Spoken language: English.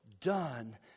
done